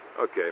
Okay